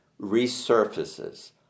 resurfaces